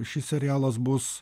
šis serialas bus